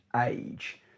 age